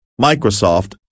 Microsoft